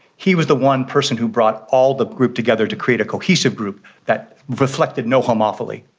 he was the one person who brought all the group together to create a cohesive group that reflected no homophily.